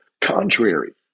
contrary